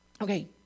Okay